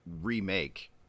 remake